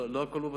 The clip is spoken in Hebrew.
לא הכול בבסיס,